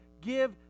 give